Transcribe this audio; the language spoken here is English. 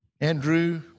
Andrew